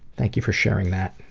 thank you for sharing that.